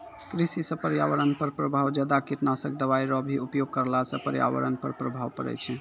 कृषि से पर्यावरण पर प्रभाव ज्यादा कीटनाशक दवाई रो भी उपयोग करला से पर्यावरण पर प्रभाव पड़ै छै